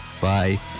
Bye